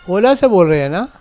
اولا سے بول رہے ہیں نا